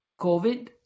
COVID